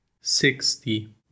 sixty